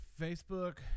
Facebook